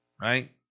right